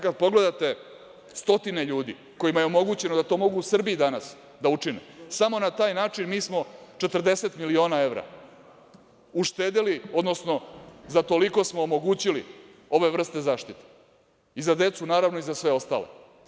Kada pogledate stotine ljudi kojima je omogućeno da to mogu u Srbiji danas da učine, samo na taj način mi smo 40 miliona evra uštedeli, odnosno za toliko smo omogućili ove vrste zaštite i za decu naravno i za sve ostale.